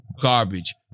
garbage